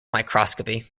microscopy